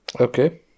Okay